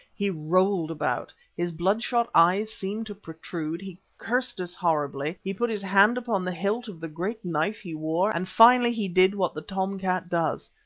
he rolled about, his bloodshot eyes seemed to protrude, he cursed us horribly, he put his hand upon the hilt of the great knife he wore, and finally he did what the tom-cat does,